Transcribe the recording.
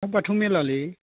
मा बाथौ मेलालै